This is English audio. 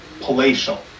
palatial